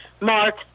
mark